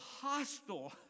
hostile